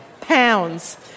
pounds